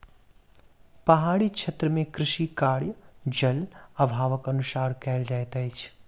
पहाड़ी क्षेत्र मे कृषि कार्य, जल अभावक अनुसार कयल जाइत अछि